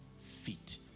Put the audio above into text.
feet